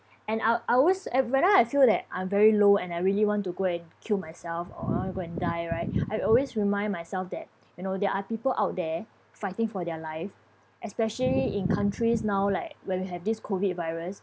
and I I always I whenever I feel that I'm very low and I really want to go and kill myself or I want to go and die right I always remind myself that you know there are people out there fighting for their life especially in countries now like where we have this COVID virus